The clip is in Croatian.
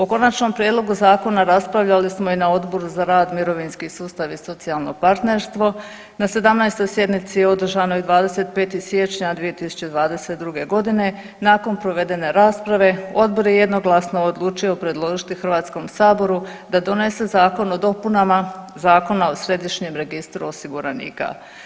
O konačnom prijedlogu zakona raspravljali smo i na Odboru za rad, mirovinski sustav i socijalno partnerstvo, na 17. sjednici održanoj 25. siječnja 2022. g. Nakon provedene rasprave, Odbor je jednoglasno odlučio predložiti HS-u da donese zakon o dopunama Zakona o Središnjem registru osiguranika.